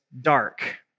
dark